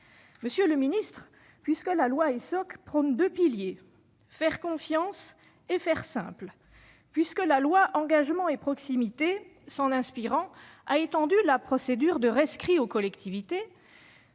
Monsieur le secrétaire d'État, puisque la loi Essoc s'articule autour de deux piliers- faire confiance et faire simple -, puisque la loi Engagement et proximité, s'en inspirant, a étendu la procédure de rescrit aux collectivités,